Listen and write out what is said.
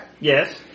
Yes